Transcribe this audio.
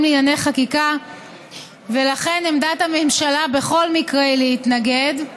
לענייני חקיקה ולכן עמדת הממשלה בכל מקרה היא להתנגד.